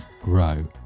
grow